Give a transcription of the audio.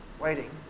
waiting